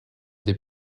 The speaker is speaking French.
des